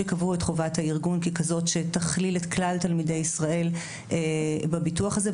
שקבעו את חובת הארגון ככזאת שתכליל את כלל תלמידי ישראל בביטוח הזה,